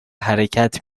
حرکت